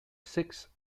six